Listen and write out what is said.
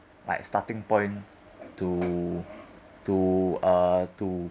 like starting point to to uh to